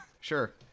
Sure